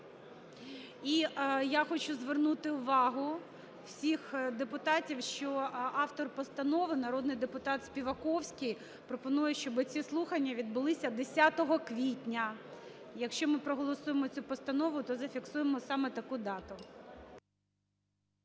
І я хочу звернути увагу всіх депутатів, що автор постанови народний депутат Співаковський пропонує, щоби ці слухання відбулися 10 квітня. Якщо ми проголосуємо цю постанову, то зафіксуємо саме таку дату.